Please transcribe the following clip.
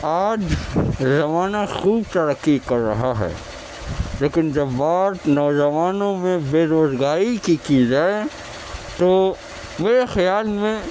آج زمانہ خوب ترقی کر رہا ہے لیکن جب بات نوجوانوں میں بے روزگاری کی کی جائے تو میرے خیال میں